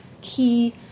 key